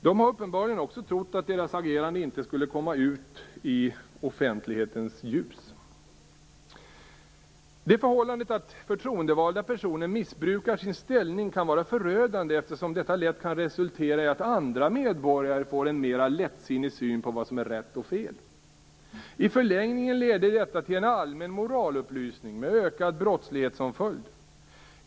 De har uppenbarligen också trott att deras agerande inte skulle kunna komma ut i offentlighetens ljus. Det förhållandet att förtroendevalda personer missbrukar sin ställning kan vara förödande, eftersom detta lätt kan resultera i att andra medborgare får en mera lättsinnig syn på vad som är rätt och fel. I en förlängning leder detta till en allmän moralupplösning med ökad brottslighet som följd.